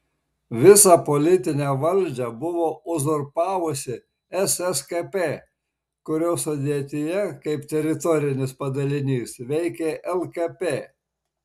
visą politinę valdžią buvo uzurpavusi sskp kurios sudėtyje kaip teritorinis padalinys veikė lkp